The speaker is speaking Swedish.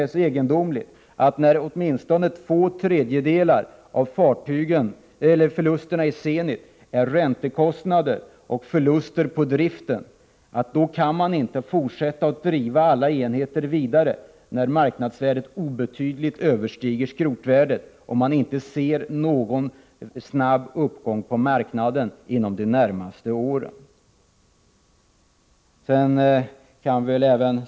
Men det egendomliga är att när åtminstone två tredjedelar av förlusterna i Zenit är räntekostnader och förluster på driften kan man inte fortsätta att driva alla enheter vidare. Marknadsvärdet överstiger obetydligt skrotvärdet, och man ser inte någon snabb uppgång på marknaden inom de närmaste åren.